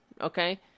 Okay